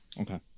Okay